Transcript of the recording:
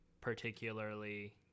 particularly